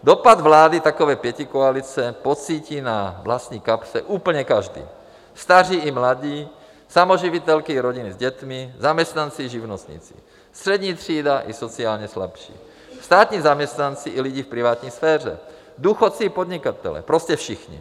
Dopad vlády takové pětikoalice pocítí na vlastní kapse úplně každý, staří i mladí, samoživitelky i rodiny s dětmi, zaměstnanci i živnostníci, střední třída i sociálně slabší, státní zaměstnanci i lidi v privátní sféře, důchodci i podnikatelé, prostě všichni.